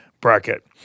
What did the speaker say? bracket